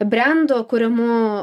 brendo kūrimu